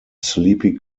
sleepy